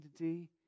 identity